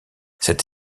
cette